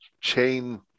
chain